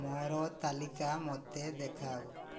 ମୋର ତାଲିକା ମୋତେ ଦେଖାଅ